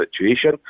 situation